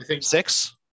six